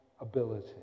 ability